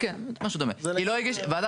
זו וועדה